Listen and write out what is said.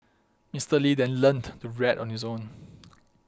Mister Lee then learnt to read on his own